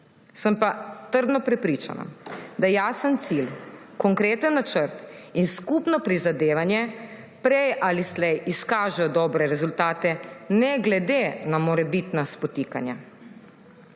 Sem pa trdno prepričana, da jasen cilj, konkreten načrt in skupno prizadevanje prej ali slej izkažejo dobre rezultate ne glede na morebitna spotikanja.